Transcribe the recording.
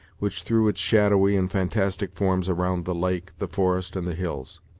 which threw its shadowy and fantastic forms around the lake, the forest, and the hills.